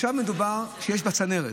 עכשיו, מדובר על כך שיש בצנרת